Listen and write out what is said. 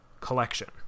collection